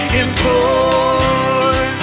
implore